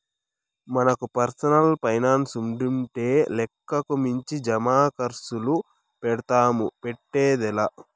మనకు పర్సనల్ పైనాన్సుండింటే లెక్కకు మించి జమాకర్సులు పెడ్తాము, పెట్టేదే లా